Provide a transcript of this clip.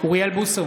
אוריאל בוסו,